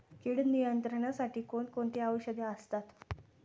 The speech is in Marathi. कीड नियंत्रणासाठी कोण कोणती औषधे असतात?